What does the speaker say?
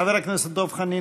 חבר הכנסת דב חנין,